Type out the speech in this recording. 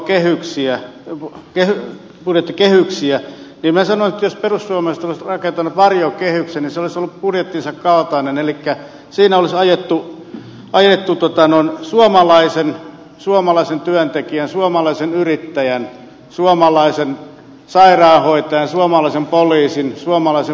minä sanon että jos perussuomalaiset olisivat rakentaneet varjokehyksen niin se olisi ollut budjettinsa kaltainen elikkä siinä olisi ajettu suomalaisen työntekijän suomalaisen yrittäjän suomalaisen sairaanhoitajan suomalaisen poliisin suomalaisen puolustusvoiman parasta